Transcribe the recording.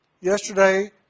yesterday